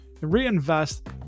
reinvest